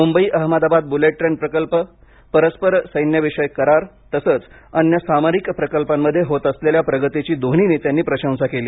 Mumbai Ahmedabad bullet train पकल्प परस्पर सैन्याविषयक करार तसंच अन्य सामरिक प्रकल्पांमध्ये होत असलेल्या प्रगतीची दोन्ही नेत्यांनी प्रशंसा केली